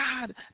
God